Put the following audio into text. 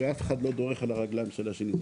ואף אחד לא דורך על הרגליים אחד של השני.